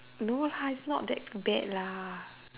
no lah it's not that bad lah